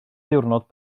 ddiwrnod